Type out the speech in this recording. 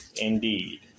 indeed